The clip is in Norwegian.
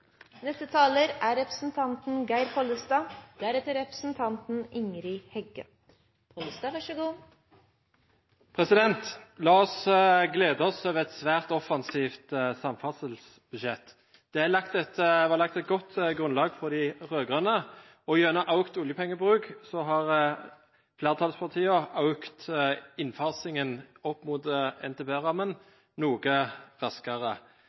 La oss glede oss over et svært offensivt samferdselsbudsjett. Det var lagt et godt grunnlag av de rød-grønne, og gjennom økt oljepengebruk har flertallspartiene økt innfasingen opp mot NTP-rammen noe raskere.